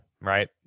right